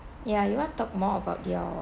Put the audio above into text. ya you want talk more about your